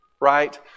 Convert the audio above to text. right